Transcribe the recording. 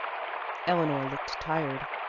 eleanor looked tired,